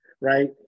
Right